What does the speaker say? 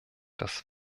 das